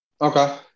Okay